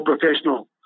professional